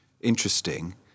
interesting